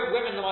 Women